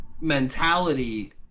mentality